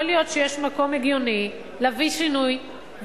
יכול להיות שיש מקום הגיוני להביא שינוי,